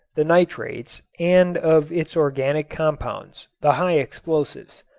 the nitrates, and of its organic compounds, the high explosives.